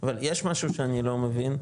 אבל יש משהו שאני לא מבין,